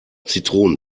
zitronen